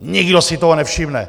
Nikdo si toho nevšimne.